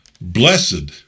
Blessed